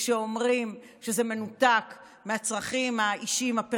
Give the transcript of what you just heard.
וכשאומרים שזה מנותק מהצרכים האישיים, הפרסונליים,